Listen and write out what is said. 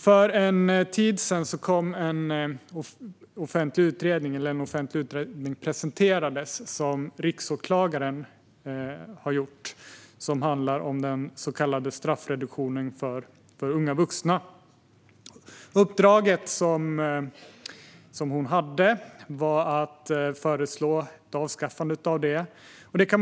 För en tid sedan presenterade riksåklagaren en offentlig utredning som handlar om den så kallade straffreduktionen för unga vuxna. Riksåklagarens uppdrag var att föreslå att den ska avskaffas.